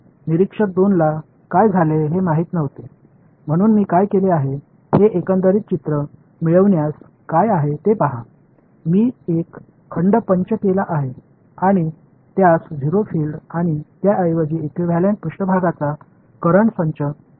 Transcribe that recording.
तर निरीक्षक 2 ला काय झाले हे माहित नव्हते परंतु मी काय केले आहे हे एकंदरीत चित्र मिळाल्यास काय आहे ते पहा मी एक खंड पंच केला आहे आणि त्यास 0 फील्ड आणि त्याऐवजी इक्विव्हॅलेंट पृष्ठभागाचा करंट संच सेट केला आहे